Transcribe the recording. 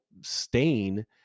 stain